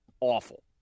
awful